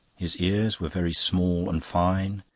his ears were very small and fine.